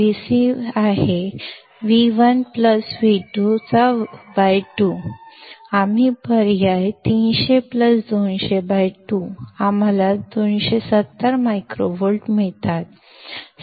Vc आहे V1V22 आम्ही पर्याय 3002002 आम्हाला 270 मायक्रोव्होल्ट मिळतात